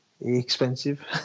expensive